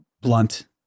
blunt